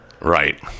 Right